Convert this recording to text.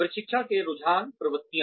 प्रशिक्षण के रुझान प्रवृत्तिया